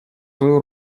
свою